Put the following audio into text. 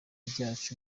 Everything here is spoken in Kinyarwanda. ryacu